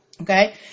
okay